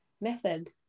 method